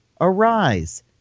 Arise